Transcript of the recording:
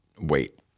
wait